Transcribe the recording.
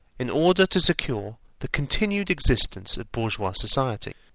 in order to secure the continued existence of bourgeois society.